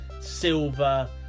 silver